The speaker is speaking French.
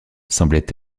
semblaient